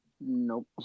Nope